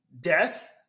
Death